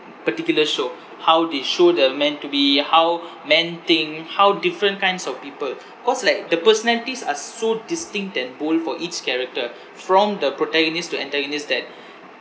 particular show how they show the men to be how men think how different kinds of people cause like the personalities are so distinct and bold for each character from the protagonist to antagonists that